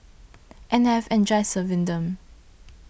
and I've enjoyed serving them